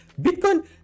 bitcoin